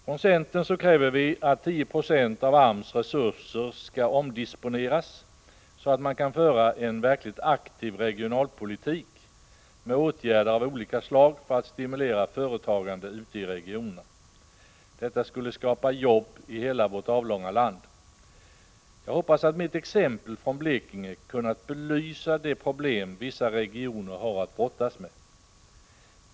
Från centern kräver vi att 10 70 av AMS resurser skall omdisponeras, så att man kan föra en verkligt aktiv regionalpolitik med åtgärder av olika slag för att stimulera företagande ute i regionerna. Detta skulle skapa jobb i hela vårt avlånga land. Jag hoppas att mitt exempel från Blekinge kunnat belysa de problem vissa regioner har att brottas med.